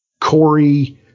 Corey